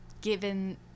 given